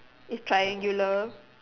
its triangular